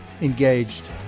engaged